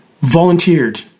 volunteered